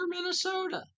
Minnesota